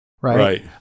right